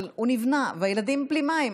אבל הוא נבנה והילדים בלי מים,